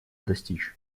достичь